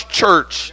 church